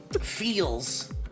Feels